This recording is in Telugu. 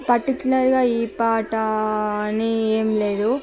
పర్టిక్యులర్గా ఈ పాట అని ఏం లేదు